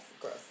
gross